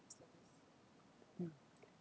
mm